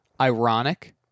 Ironic